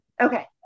Okay